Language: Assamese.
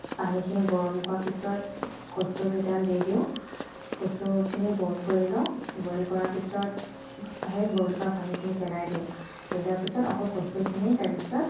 পানীখিনি গৰম কৰাৰ পিছত কচুকেইডাল দি দিওঁ কচুখিনি বইল কৰি লওঁ বইল কৰাৰ পিছত তাৰপা সেই বইল কৰা পানীখিনি পেলাই দিওঁ পেলোৱাৰ পিছত আকৌ কচুখিনি তাৰপিছত